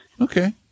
okay